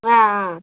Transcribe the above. ஆ ஆ